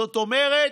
זאת אומרת,